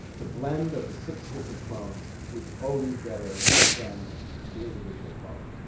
the blend of the six different clones is always better than the individual clone.